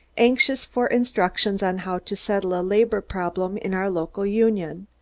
anxious for instructions on how to settle a labor problem in our local union.